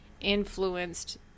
influenced